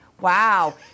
Wow